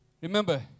remember